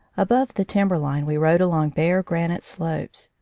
above the timber-line we rode along bare granite slopes.